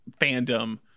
fandom